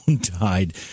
died